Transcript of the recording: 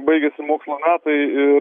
baigiasi mokslo metai ir